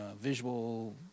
visual